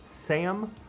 Sam